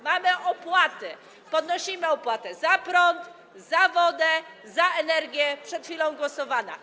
Mamy opłaty: podnosimy opłatę za prąd, za wodę, za energię - przed chwilą przegłosowana.